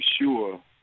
sure